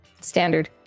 Standard